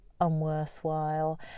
unworthwhile